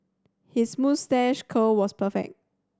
his moustache curl was perfect